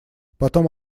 потом